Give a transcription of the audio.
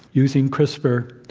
using crispr,